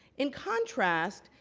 in contrast,